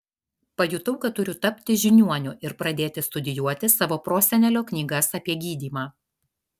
pajutau kad turiu tapti žiniuoniu ir pradėti studijuoti savo prosenelio knygas apie gydymą